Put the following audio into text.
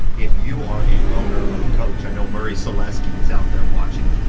if you are an owner of a coach, i know murrey saleski is out there watching,